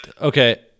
Okay